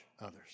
others